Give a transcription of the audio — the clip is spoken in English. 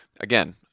Again